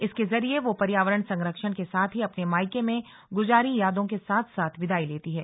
इसके जरिए वह पर्यावरण संरक्षण के साथ ही अपने मायके में गुजारी यादों के साथ साथ विदाई लेती है